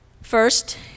First